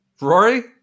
Rory